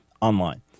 online